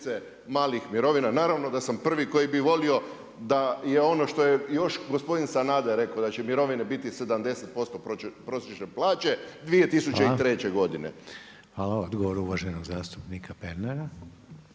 (HDZ)** Hvala. Odgovor uvaženog zastupnika Pernara.